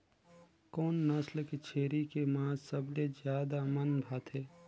कोन नस्ल के छेरी के मांस सबले ज्यादा मन भाथे?